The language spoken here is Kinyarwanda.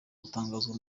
gutangazwa